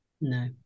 No